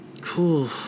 Cool